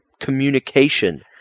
communication